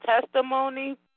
testimony